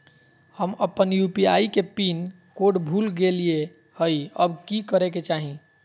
हम अपन यू.पी.आई के पिन कोड भूल गेलिये हई, अब की करे के चाही?